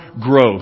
growth